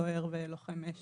סוהר ולוחם אש